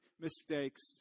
mistakes